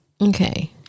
Okay